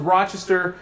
Rochester